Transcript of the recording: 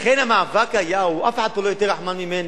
לכן המאבק היה, אף אחד פה לא יותר רחמן ממני.